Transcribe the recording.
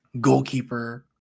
goalkeeper